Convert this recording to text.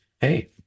hey